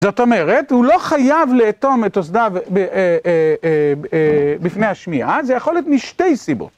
זאת אומרת, הוא לא חייב לאטום את אוזניו בפני השמיעה, זה יכול להיות משתי סיבות.